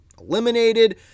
eliminated